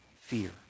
fear